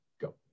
go